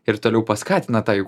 ir toliau paskatina tą jų